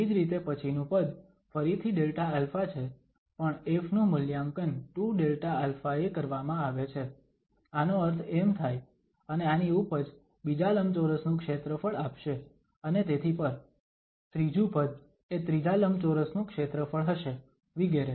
તેવી જ રીતે પછીનું પદ ફરીથી Δα છે પણ F નું મૂલ્યાંકન 2Δα એ કરવામાં આવે છે આનો અર્થ એમ થાય અને આની ઉપજ બીજા લંબચોરસનું ક્ષેત્રફળ આપશે અને તેથી પર ત્રીજું પદ એ ત્રીજા લંબચોરસ નું ક્ષેત્રફળ હશે વિગેરે